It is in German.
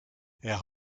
herr